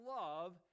love